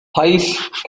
paill